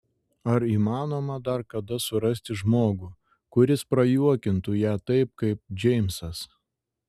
ar įmanoma dar kada surasti žmogų kuris prajuokintų ją taip kaip džeimsas